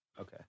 okay